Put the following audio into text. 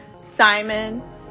Simon